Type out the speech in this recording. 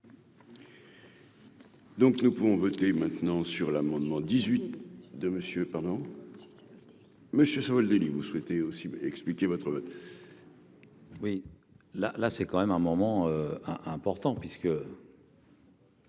Donc, nous pouvons voter maintenant sur l'amendement dix-huit de Monsieur, pardon monsieur Savoldelli vous souhaitez aussi expliquer votre. Oui la la, c'est quand même un moment important puisque.